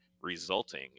resulting